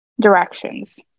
directions